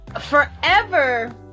forever